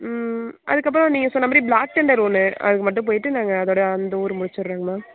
ம் அதுக்கு அப்புறம் நீங்கள் சொன்ன மாதிரி பிளாக் தெண்டர் ஒன்று அதுக்கு மட்டும் போய்ட்டு நாங்கள் அதோடு அந்த ஊரை முடிச்சுறோங்க மேம்